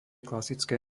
klasické